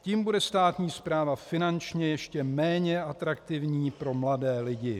Tím bude státní správa finančně ještě méně atraktivní pro mladé lidi.